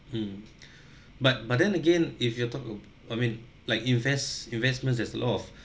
mm but but then again if you talk oh I mean like invest investments there's lot of